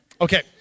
Okay